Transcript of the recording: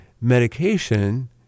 medication